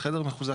חדר מחוזק,